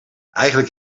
eigenlijk